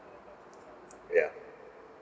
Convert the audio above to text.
ya